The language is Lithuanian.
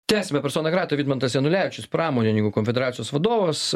tęsiame persona grata vidmantas janulevičius pramonininkų konfederacijos vadovas